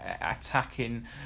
attacking